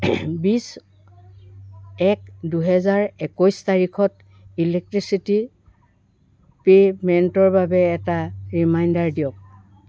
বিশ এক দুহেজাৰ একৈছ তাৰিখত ইলেক্ট্ৰিচিটীৰ পে'মেণ্টৰ বাবে এটা ৰিমাইণ্ডাৰ দিয়ক